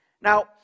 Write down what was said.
Now